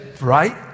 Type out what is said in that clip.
Right